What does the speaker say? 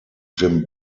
jim